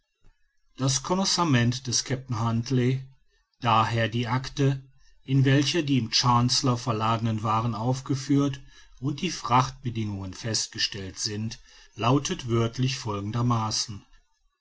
das connossament des kapitän huntly d h die acte in welcher die im chancellor verladenen waaren aufgeführt und die frachtbedingungen festgestellt sind lautet wörtlich folgendermaßen